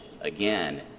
again